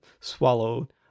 swallowed